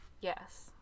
Yes